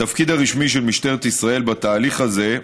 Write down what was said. התפקיד הרשמי של משטרת ישראל בתהליך הזה,